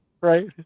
right